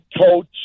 coach